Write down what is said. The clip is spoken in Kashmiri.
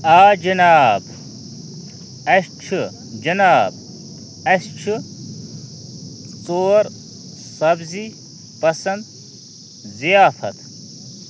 آ جناب اَسہِ چھُ جناب اَسہِ چھُ ژور سبزی پسنٛد ضِیافت